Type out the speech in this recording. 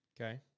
Okay